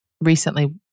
recently